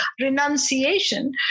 renunciation